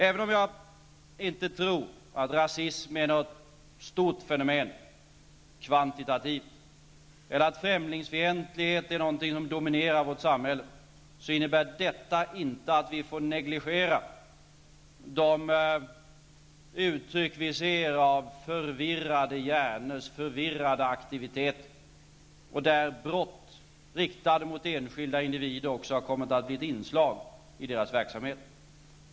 Även om jag inte tror att rasism är något stort fenomen kvantitativt eller att främlingsfientlighet är något som dominerar vårt samhälle, innebär detta inte att vi får negligera de uttryck vi ser av förvirrade hjärnors förvirrade aktiviteter, och där brott riktade mot enskilda individer också har kommit att bli ett inslag i deras verksamhet.